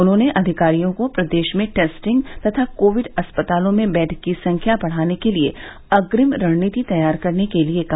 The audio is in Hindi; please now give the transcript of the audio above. उन्होंने अधिकारियों को प्रदेश में टेस्टिंग तथा कोविड अस्पतालों में बेड की संख्या बढ़ाने के लिए अग्रिम रणनीति तैयार करने के लिए कहा